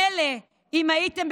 מילא אם הייתם,